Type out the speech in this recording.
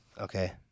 Okay